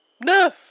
no